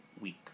week